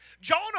Jonah